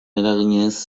eraginez